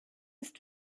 ist